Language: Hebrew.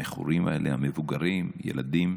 המכורים האלה, מבוגרים, ילדים,